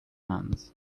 hands